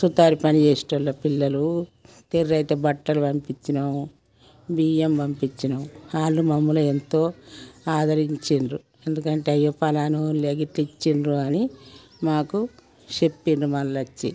సుతార్ పని చేసేటోళ్ళు పిల్లలు తెర్రైతే బట్టలు పంపించినాం బియ్యం పంపించినాం వాళ్ళు మమ్మల్ని ఎంతో ఆదరించుండ్రు ఎందుకంటే అయ్యో పలానోళ్ళు గిట్ల ఇచ్చిండ్రు అని మాకు చెప్పిండ్రు మల్లొచ్చి